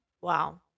Wow